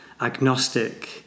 agnostic